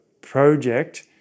project